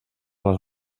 les